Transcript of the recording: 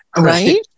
Right